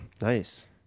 Nice